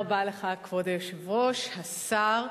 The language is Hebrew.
כבוד היושב-ראש, תודה רבה לך, השר,